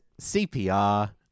CPR